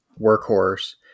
workhorse